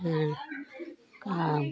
हाँ कौआ